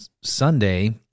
Sunday